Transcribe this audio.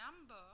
number